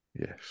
Yes